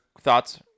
thoughts